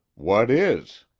what is?